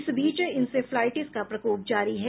इस बीच इंसेफ्लाइटिस का प्रकोप जारी है